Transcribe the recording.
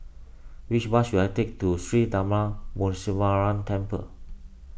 which bus should I take to Sri Darma Muneeswaran Temple